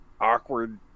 awkward